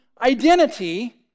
identity